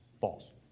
false